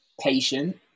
patient